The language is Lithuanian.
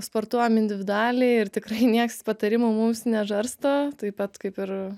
sportuojam individualiai ir tikrai nieks patarimų mums nežarsto taip pat kaip ir